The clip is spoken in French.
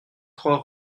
trois